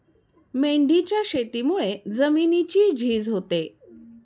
मेंढीच्या शेतीमुळे जमिनीची झीज होते